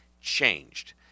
changed